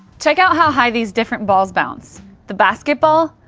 check out how high these different balls bounce the basketball,